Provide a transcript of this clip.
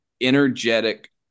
energetic